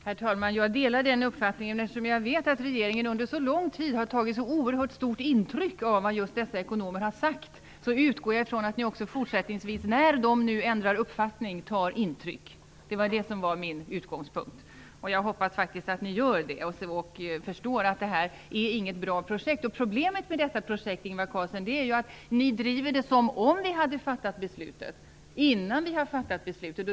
Herr talman! Jag delar den uppfattningen. Men eftersom jag vet att regeringen under så lång tid har tagit så oerhört stort intryck av vad just dessa ekonomer har sagt utgår jag från att ni också fortsättningsvis, när de nu ändrar uppfattning, tar intryck. Det var min utgångspunkt. Jag hoppas faktiskt att ni gör det och förstår att detta inte är något bra projekt. Problemet med detta projekt, Ingvar Carlsson, är ju att ni driver det som om vi hade fattat beslutet, innan vi har fattat beslutet.